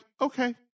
Okay